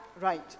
right